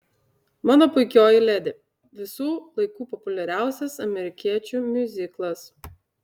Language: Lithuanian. mano puikioji ledi visų laikų populiariausias amerikiečių miuziklas